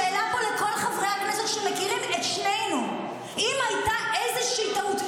שאלה פה לכל חברי הכנסת שמכירים את שנינו: אם הייתה איזושהי טעות,